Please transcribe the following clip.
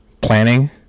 planning